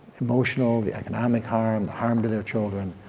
emotional, the economic harm, the harm to their children,